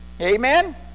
amen